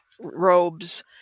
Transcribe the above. robes